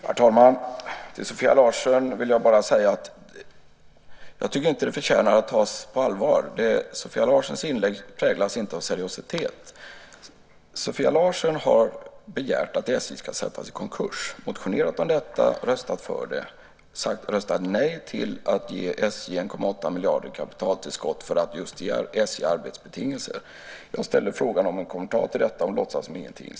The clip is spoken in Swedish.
Herr talman! Till Sofia Larsen vill jag bara säga att jag inte tycker att hennes inlägg förtjänar att tas på allvar. Det präglas inte av seriositet. Sofia Larsen har begärt att SJ ska sättas i konkurs. Hon har motionerat om detta, röstat för det och röstat nej till att ge SJ 1,8 miljarder i kapitaltillskott för att just ge SJ arbetsbetingelser. Jag ställer frågan om en kommentar till detta, och hon låtsas som ingenting.